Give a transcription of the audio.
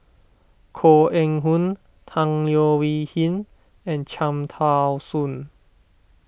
Koh Eng Hoon Tan Leo Wee Hin and Cham Tao Soon